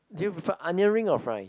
do you prefer onion ring or fries